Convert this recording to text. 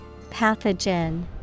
Pathogen